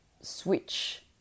switch